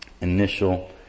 initial